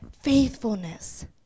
Faithfulness